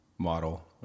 model